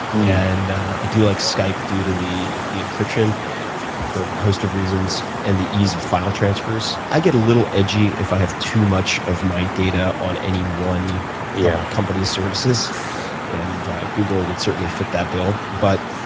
and i do like skype due to the the encryption for a host of reasons and the ease of file transfers. i get a little edgy if i have too much of my data on any one yeah company's services and google would certainly fit that bill. but,